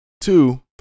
two